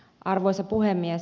arvoisa puhemies